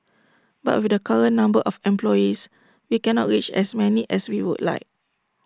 but with the current number of employees we cannot reach as many as we would like